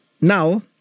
Now